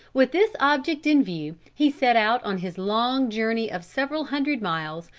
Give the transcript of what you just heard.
with this object in view, he set out on his long journey of several hundred miles,